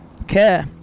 okay